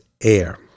air